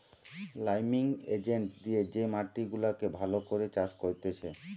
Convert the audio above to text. liming agent দিয়ে যে মাটি গুলাকে ভালো করে চাষ করতিছে